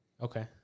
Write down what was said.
Okay